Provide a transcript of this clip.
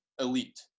elite